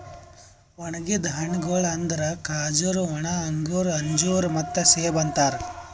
ಒಣುಗಿದ್ ಹಣ್ಣಗೊಳ್ ಅಂದುರ್ ಖಜೂರಿ, ಒಣ ಅಂಗೂರ, ಅಂಜೂರ ಮತ್ತ ಸೇಬು ಅಂತಾರ್